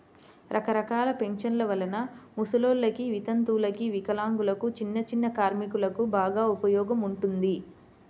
రకరకాల పెన్షన్ల వలన ముసలోల్లకి, వితంతువులకు, వికలాంగులకు, చిన్నచిన్న కార్మికులకు బాగా ఉపయోగం ఉంటుంది